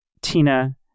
Tina